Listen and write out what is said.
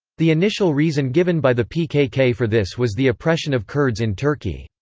the initial reason given by the pkk for this was the oppression of kurds in turkey.